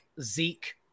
Zeke